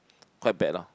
quite bad lah